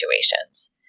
situations